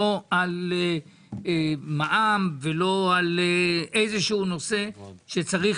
לא על מע"מ ולא על איזשהו נושא שצריך